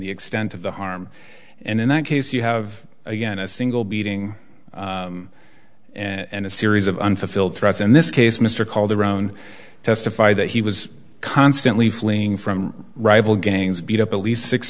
the extent of the harm and in that case you have again a single beating and a series of unfulfilled threats in this case mr called around testify that he was constantly fleeing from rival gangs beat up at least six